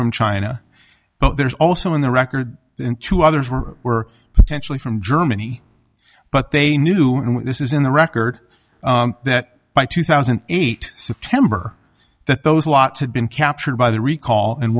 from china but there's also in the record and two others were potentially from germany but they knew and when this is in the record that by two thousand and eight september that those lots had been captured by the recall and